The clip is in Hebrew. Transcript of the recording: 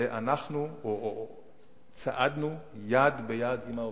אנחנו צעדנו יד ביד עם העובדים.